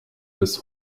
bis